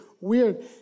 weird